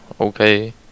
okay